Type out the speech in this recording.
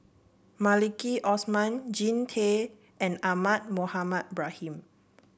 Maliki Osman Jean Tay and Ahmad Mohamed Ibrahim